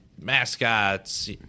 mascots